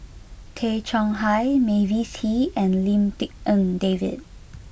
Tay Chong Hai Mavis Hee and Lim Tik En David